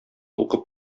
укып